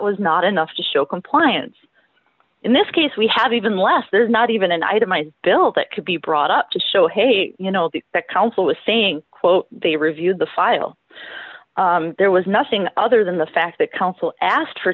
was not enough to show compliance in this case we have even less there's not even an itemized bill that could be brought up to show hey you know the counsel is saying quote they reviewed the file there was nothing other than the fact that counsel asked